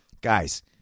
guys